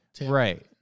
right